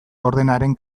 ordenaren